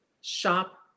shop